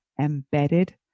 embedded